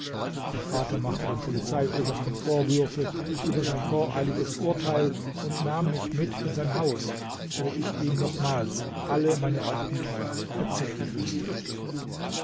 mein vater machte dem polizeiobersten vorwürfe über sein voreiliges urteil und nahm mich mit in sein haus wo ich ihm nochmals alle meine abenteuer erzählen mußte